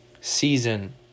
season